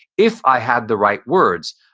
if i had the right words,